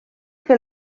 que